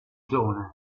zone